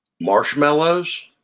marshmallows